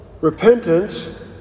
Repentance